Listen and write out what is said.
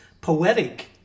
poetic